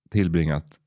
Tillbringat